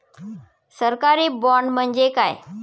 सरकारी बाँड म्हणजे काय?